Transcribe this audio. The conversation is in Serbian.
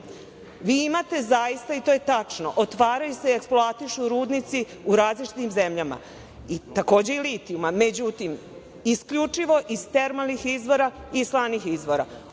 imate zaista, i to je tačno, otvaraju se i eksploatišu rudnici u različitim zemljama, takođe i litijuma, međutim, isključivo iz termalnih izvora i slanih izvora.